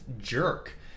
jerk